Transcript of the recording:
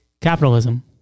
capitalism